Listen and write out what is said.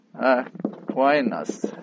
Aquinas